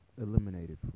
Eliminated